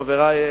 חברי,